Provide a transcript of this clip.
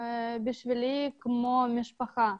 שעבורי כמו משפחה.